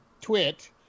twit